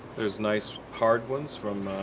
there's nice hard ones from